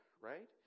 right